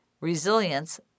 resilience